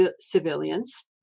civilians